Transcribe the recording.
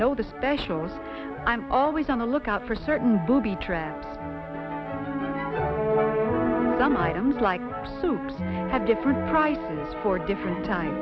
the special i'm always on the lookout for certain booby traps some items like to have different price for different time